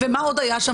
ומה עוד היה שם?